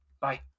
Bye